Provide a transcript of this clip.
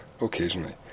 occasionally